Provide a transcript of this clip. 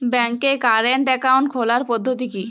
ব্যাংকে current account খোলার পদ্ধতি কি?